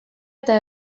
eta